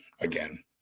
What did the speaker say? again